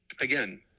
again